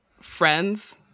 friends